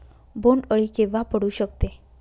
बोंड अळी केव्हा पडू शकते?